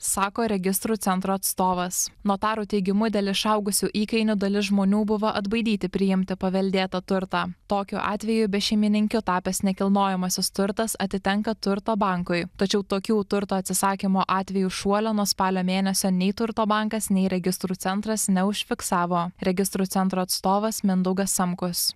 sako registrų centro atstovas notarų teigimu dėl išaugusių įkainių dalis žmonių buvo atbaidyti priimti paveldėtą turtą tokiu atveju bešeimininkiu tapęs nekilnojamasis turtas atitenka turto bankui tačiau tokių turto atsisakymo atvejų šuolio nuo spalio mėnesio nei turto bankas nei registrų centras neužfiksavo registrų centro atstovas mindaugas samkus